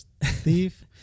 thief